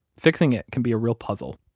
fixing it can be a real puzzle.